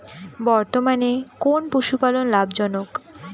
বর্তমানে কোন পশুপালন লাভজনক?